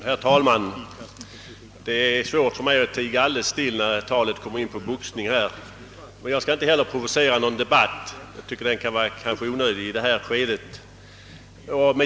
Herr talman! Det är svårt för mig att tiga alldeles still när talet kommer in på boxningen. Jag skall emellertid inte provocera någon debatt, eftersom jag tycker att det kan vara onödigt i detta skede.